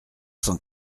cent